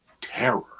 terror